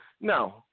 no